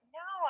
no